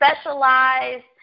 specialized